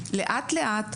לאט לאט,